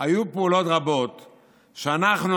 שהיו פעולות רבות שאנחנו,